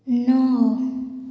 ନଅ